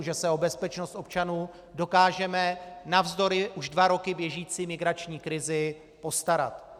Že se o bezpečnost občanů dokážeme navzdory už dva roky běžící migrační krizi postarat.